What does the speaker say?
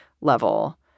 level